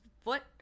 foot